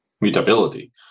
Mutability